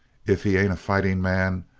if he ain't a fighting man,